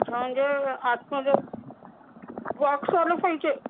अच्छा म्हणजे आतमध्ये बॉक्सवाला पाहिजे